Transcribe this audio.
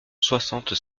soixante